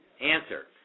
answer